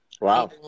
Wow